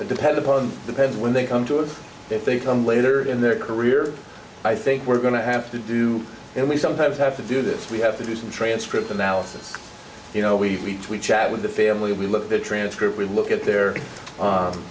o depend upon the pens when they come to us if they come later in their career i think we're going to have to do and we sometimes have to do this we have to do some transcript analysis you know we've between chat with the family we look at the transcript we look at their